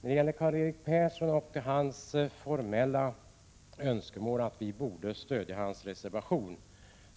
När det gäller Karl-Erik Persson och hans önskemål att vi formellt borde stödja hans reservation, vill